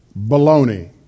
Baloney